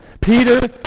Peter